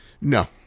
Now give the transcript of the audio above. No